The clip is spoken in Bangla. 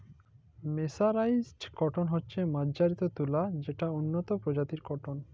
মের্সরাইসড কটল হছে মাজ্জারিত তুলা যেট উল্লত পরজাতির কটল